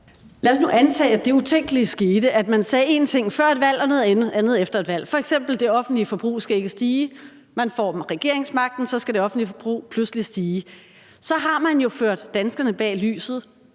Lad os nu antage, at det utænkelige skete, at man sagde én ting før et valg og noget andet efter et valg, f.eks. siger, at det offentlige forbrug ikke skal stige. Så får man regeringsmagten, og så skal det offentlige forbrug pludselig stige. Så er danskerne jo ført bag lyset,